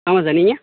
ஆமாம் சார் நீங்கள்